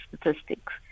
statistics